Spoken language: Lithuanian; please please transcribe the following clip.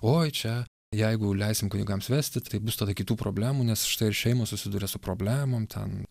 oi čia jeigu leisim kunigams vesti tai bus tada kitų problemų nes štai ir šeimos susiduria su problemom ten